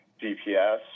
GPS